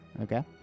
Okay